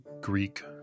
Greek